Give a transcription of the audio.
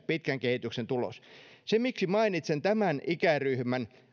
pitkän kehityksen tulos se miksi mainitsen tämän ikäryhmän